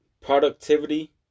productivity